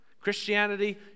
Christianity